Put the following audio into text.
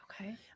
okay